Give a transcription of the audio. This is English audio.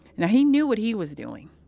now, he knew what he was doing.